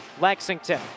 Lexington